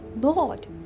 lord